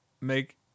make